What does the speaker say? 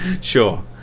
Sure